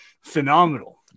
phenomenal